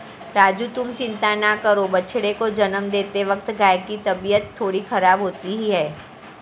राजू तुम चिंता ना करो बछड़े को जन्म देते वक्त गाय की तबीयत थोड़ी खराब होती ही है